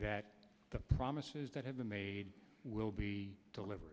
that the promises that have been made will be deliver